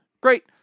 Great